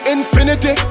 Infinity